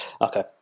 okay